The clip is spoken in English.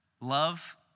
love